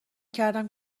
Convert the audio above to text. کردم